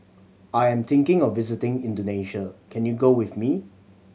I am thinking of visiting Indonesia can you go with me